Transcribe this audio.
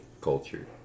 culture